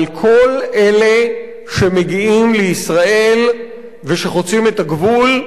על כל אלה שמגיעים לישראל ושחוצים את הגבול,